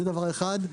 שניים,